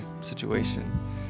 situation